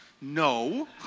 No